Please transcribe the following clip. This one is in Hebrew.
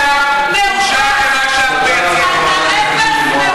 לי אתה לא תגיד שאתה, את חיילי צה"ל.